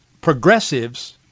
progressives